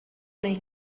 nel